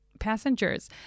Passengers